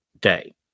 day